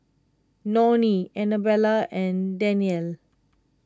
Nonie Anabelle and Danyell